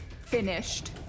finished